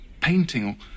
painting